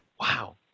Wow